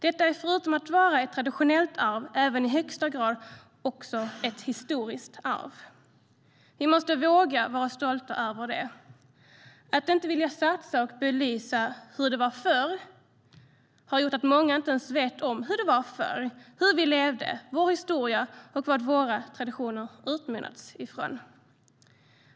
Detta är, förutom att vara ett traditionellt arv, i högsta grad också ett historiskt arv. Vi måste våga vara stolta över det. Att inte vilja satsa och belysa hur det var förr har gjort att många inte ens vet om hur det var förr, hur vi levde, vår historia och varifrån våra traditioner kommer.